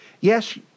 Yes